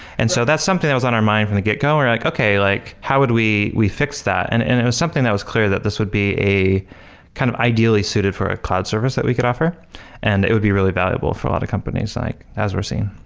and so that's something that was on our mind from the get go. we're like, okay. like how would we we fix that? and and it was something that was clear that this would be a kind of ideally suited for a cloud service that we could offer and it would be really valuable for a lot of companies like as we're seeing.